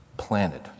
planted